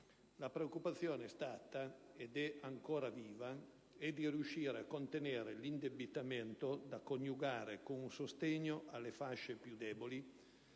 La preoccupazione, che è stata ed è ancora viva, è di riuscire a contenere l'indebitamento, da coniugare con un sostegno alle fasce più deboli,